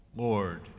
Lord